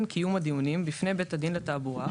קיום דיונים בפני בית דין לתעבורה,